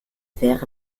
wäre